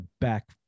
back